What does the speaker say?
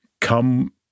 come